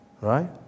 right